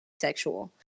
sexual